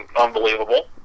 unbelievable